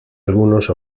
algunos